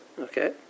Okay